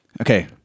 Okay